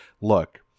look